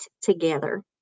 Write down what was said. together